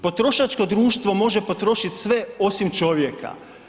Potrošačko društvo može potrošit sve osim čovjeka.